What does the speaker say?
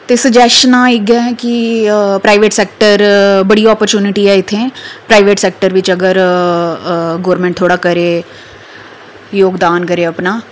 ते सजेशन इ'यै कि प्राईवेट सैक्टर च बड़ी ऑपरचुनिटी न इत्थें प्राईवेट सैक्टर च अगर गौरमैंट थोह्ड़ा करै ते जोगदान करै अपना